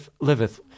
Liveth